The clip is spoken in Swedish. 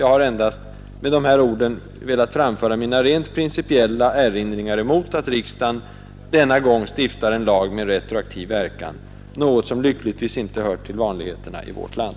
Jag har endast med dessa ord velat framföra mina rent principiella erinringar mot att riksdagen denna gång stiftar en lag med retroaktiv verkan, något som lyckligtvis inte hör till vanligheterna i vårt land.